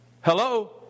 Hello